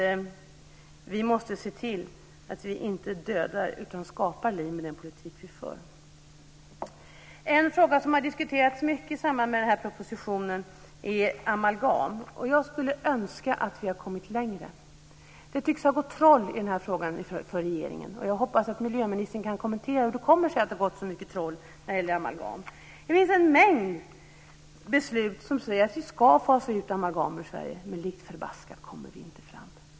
Vi måste se till att vi inte dödar utan skapar liv med den politik som vi för. En fråga som har diskuterats mycket i samband med propositionen är amalgam. Jag skulle önska att vi hade kommit längre. Det tycks ha gått troll i frågan för regeringen. Jag hoppas att miljöministern kan kommentera hur det kommer sig att det har gått så pass mycket troll i amalgamfrågan. Det finns en mängd beslut som säger att vi ska fasa ut amalgam ur Sverige, men likt förbaskat kommer vi inte fram.